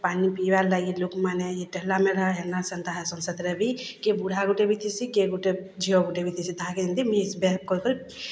ପାନି ପିଇବାର୍ଲାଗି ଲୋକ୍ମାନେ ଇ ଠେଲା ମେଲା ଏନ୍ତା ସେନ୍ତା ହେସନ୍ ସେଥିରେ ବି କେ ବୁଢ଼ାଗୁଟେ ବି ଥିସି କେ ଗୁଟେ ଝିଅ ଗୁଟେ ବି ଥିସି ତାହାକେ ଏନ୍ତି ମିସ୍ବିହେବ୍ କରି କରି